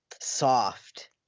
soft